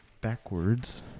backwards